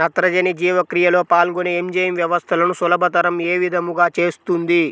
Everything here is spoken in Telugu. నత్రజని జీవక్రియలో పాల్గొనే ఎంజైమ్ వ్యవస్థలను సులభతరం ఏ విధముగా చేస్తుంది?